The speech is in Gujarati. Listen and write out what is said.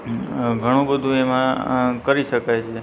ઘણું બધું એમાં અ કરી શકાય છે